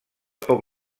poc